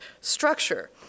structure